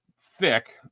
thick